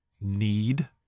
need